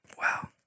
Wow